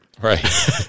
Right